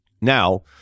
Now